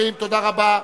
את כל ההסתייגויות?